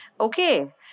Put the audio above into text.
Okay